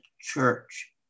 church